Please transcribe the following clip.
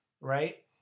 right